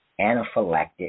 anaphylactic